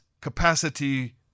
capacity